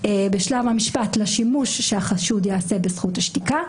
בשלב המשפט לשימוש שהחשוד יעשה בזכות השתיקה,